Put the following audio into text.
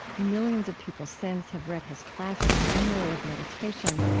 millions of people since have read his classic manual of meditation,